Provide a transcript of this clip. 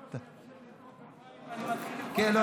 כן.